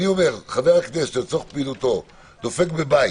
אני אומר, חבר הכנסת לצורך פעילותו דופק בבית